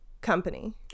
company